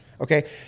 Okay